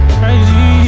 crazy